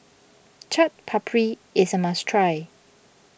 Chaat Papri is a must try